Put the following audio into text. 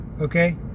okay